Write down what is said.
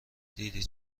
دیدی